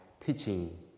teaching